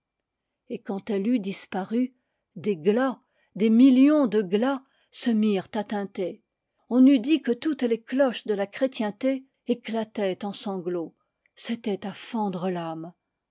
et quand elle eut disparu des glas des millions de glas se mirent à tinter on eût dit que toutes les cloches de la chrétienté éclataient en sanglots c'était à fendre